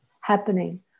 happening